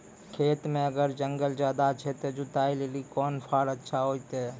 खेत मे अगर जंगल ज्यादा छै ते जुताई लेली कोंन फार अच्छा होइतै?